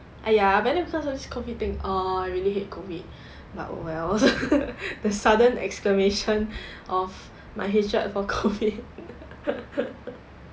!aiya! but then because of this COVID thing ah I really hate COVID but oh wells the sudden exclamation of my hatred for COVID